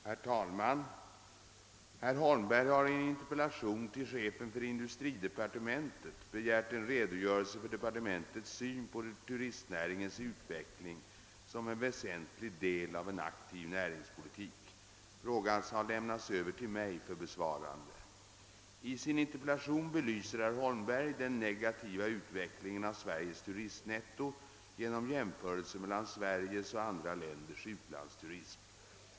Herr talman! Herr Holmberg har i en interpellation till chefen för industridepartementet begärt en redogörelse för departementets syn på turistnäringens utveckling som en väsentlig del av en aktiv näringspolitik. Frågan har lämnats över till mig för besvarande. I sin interpellation belyser herr Holmberg den negativa utvecklingen av Sveriges turistnetto genom jämförelser mellan Sveriges och andra länders utlandsturism.